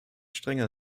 strenger